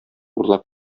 урлап